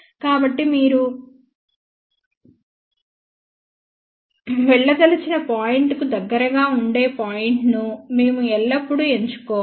కాబట్టి మీరు వెళ్ళదలిచిన పాయింట్కు దగ్గరగా ఉండే పాయింట్ను మేము ఎల్లప్పుడూ ఎంచుకోవాలి